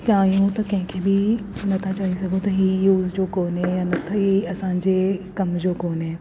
चाहियूं त कंहिंखे बि न था चई सघूं त इहा यूस जो कोन्हे न त हे असांजे कमु जो कोन्हे